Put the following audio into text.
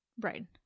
right